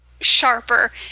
sharper